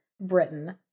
Britain